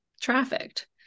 trafficked